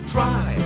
Try